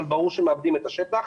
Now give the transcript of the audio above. אבל ברור שמאבדים את השטח.